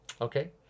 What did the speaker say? okay